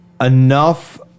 enough –